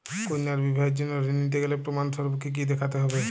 কন্যার বিবাহের জন্য ঋণ নিতে গেলে প্রমাণ স্বরূপ কী কী দেখাতে হবে?